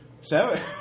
Seven